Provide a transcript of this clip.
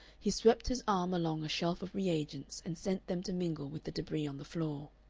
he swept his arm along a shelf of re-agents and sent them to mingle with the debris on the floor.